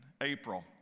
april